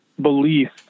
belief